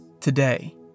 today